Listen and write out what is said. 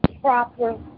proper